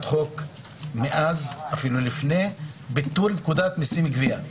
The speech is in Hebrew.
חוק מאז ואפילו לפני כן לגבי ביטול פקודת מסים (גבייה).